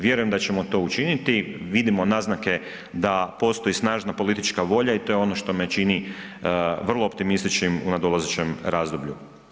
Vjerujem da ćemo to učiniti, vidimo naznake da postoji snažna politička volja i to je ono što me čini vrlo optimističnim u nadolazećem razdoblju.